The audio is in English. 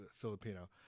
Filipino